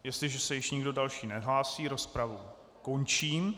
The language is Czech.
Jestliže se již nikdo další nehlásí, rozpravu končím.